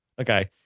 Okay